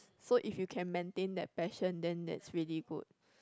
so if you can maintain that passion then that's really good